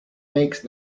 makes